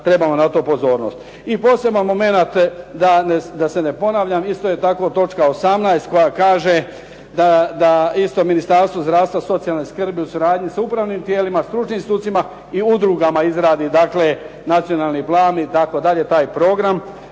trebamo pozornost. I poseban momenat da se ne ponavljam isto je tako točka 18. koja kaže da isto Ministarstvo zdravstva i socijalne skrbi u suradnji sa upravnim tijelima, stručnim sucima i udrugama izradi nacionalni plan itd., i taj program,